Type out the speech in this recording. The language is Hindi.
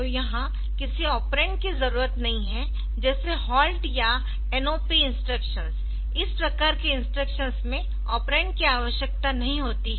तो यहां किसी ऑपरेंड की जरूरत नहीं है जैसेHALT या NOPइंस्ट्रक्शंस इस प्रकार के इंस्ट्रक्शंसमें ऑपरेंड की आवश्यकता नहीं होती है